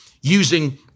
using